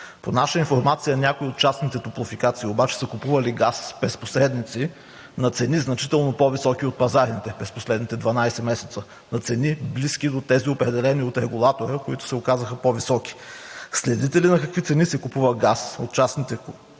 По наша информация някои от частните топлофикации обаче са купували газ през посредници на цени, значително по високи от пазарните през последните 12 месеца – на цени, близки до тези, определени от Регулатора, които се оказаха по-високи. Следите ли на какви цени се купува газ от частните топлофикации